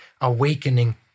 Awakening